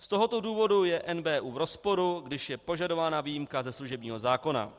Z tohoto důvodu je NBÚ v rozporu, když je požadována výjimka ze služebního zákona.